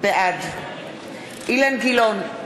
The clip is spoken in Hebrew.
בעד אילן גילאון,